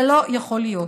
זה לא יכול להיות.